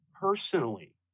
personally